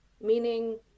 Meaning